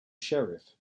sheriff